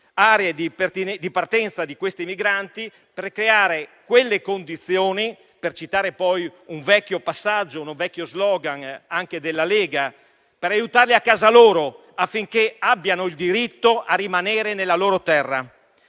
aree di partenza di questi migranti, per creare quelle condizioni - per citare un vecchio *slogan* della Lega - per aiutarli a casa loro, affinché abbiano il diritto a rimanere nella loro terra.